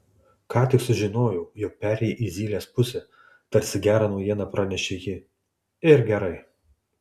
ką tik sužinojau jog perėjai į zylės pusę tarsi gerą naujieną pranešė ji ir gerai